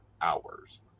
hours